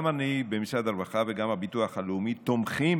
גם אני במשרד הרווחה וגם הביטוח הלאומי תומכים